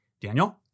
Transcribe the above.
Daniel